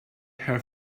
her